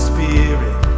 Spirit